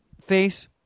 face